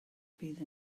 fydd